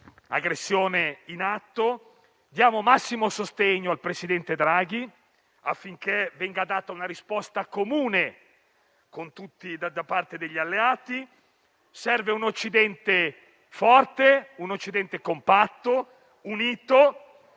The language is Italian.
dell'Ucraina. Diamo massimo sostegno al presidente Draghi affinché venga data una risposta comune da parte degli alleati. Serve un Occidente forte, compatto e unito.